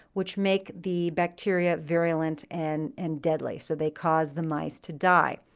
which make the bacteria virulent and, and deadly. so they cause the mice to die.